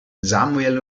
samuel